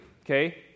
okay